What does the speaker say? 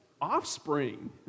offspring